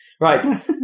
Right